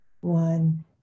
one